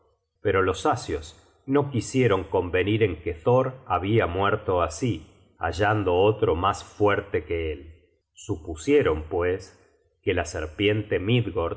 pero los asios no quisieron convenir en que thor habia muerto así hallando otro mas fuerte que él supusieron pues que la serpiente